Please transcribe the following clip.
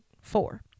four